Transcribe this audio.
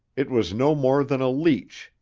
it was no more than a leech,